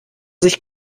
sich